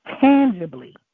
tangibly